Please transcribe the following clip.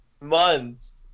Months